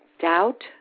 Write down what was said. doubt